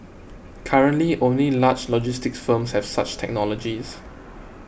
currently only large logistics firms have such technologies